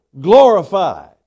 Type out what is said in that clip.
glorified